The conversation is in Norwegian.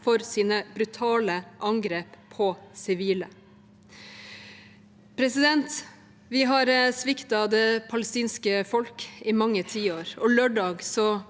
for sine brutale angrep på sivile. Vi har sviktet det palestinske folk i mange tiår, og lørdag